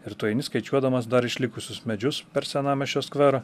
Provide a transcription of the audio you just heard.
ir tu eini skaičiuodamas dar išlikusius medžius per senamiesčio skverą